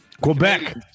Quebec